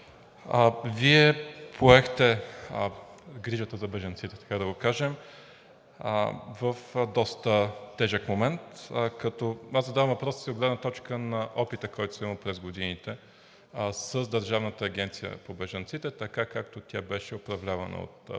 Вие поехте грижата за бежанците, така да го кажа, в доста тежък момент. Аз задавам въпроса си от гледна точка на базата на опита, който съм имал през годините с Държавната агенция за бежанците, така както тя беше управлявана от Политическа